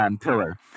pillar